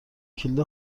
کلید